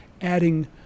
adding